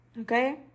Okay